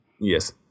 Yes